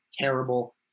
terrible